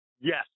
Yes